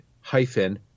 hyphen